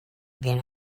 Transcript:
been